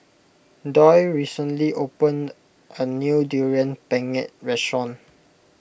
Doyle recently opened a new Durian Pengat restaurant